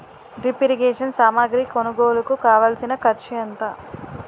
drip irrigation సామాగ్రి కొనుగోలుకు కావాల్సిన ఖర్చు ఎంత